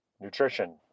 Nutrition